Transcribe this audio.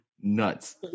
Nuts